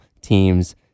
teams